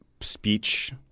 speech